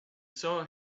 saw